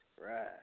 Right